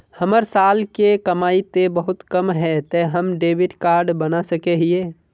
हमर साल के कमाई ते बहुत कम है ते हम डेबिट कार्ड बना सके हिये?